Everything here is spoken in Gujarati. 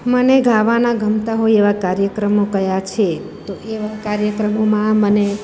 મને ગાવાના ગમતા હોય એવા કાર્યક્રમો કયા છે તો એવા કાર્યક્રમોમાં મને